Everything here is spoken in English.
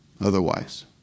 otherwise